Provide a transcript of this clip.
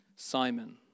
Simon